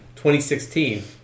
2016